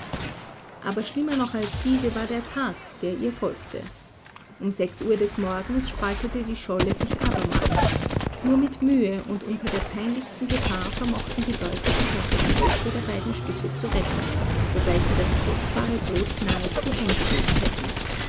aber schlimmer noch als diese war der tag der ihr folgte um sechs uhr des morgens spaltete die scholle sich abermals nur mit mühe und unter der peinlichsten gefahr vermochten die leute sich auf das größte der beiden stücke zu retten wobei sie das kostbare boot nahezu eingebüßt hätten